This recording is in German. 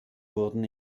wurden